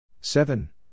Seven